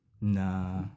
Nah